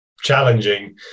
challenging